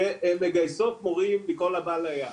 שהן מגייסות מורים מכל הבא ליד.